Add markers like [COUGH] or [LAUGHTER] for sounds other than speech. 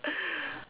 [NOISE]